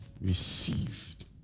received